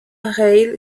rail